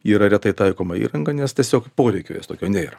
yra retai taikoma įranga nes tiesiog poreikio jos tokio nėra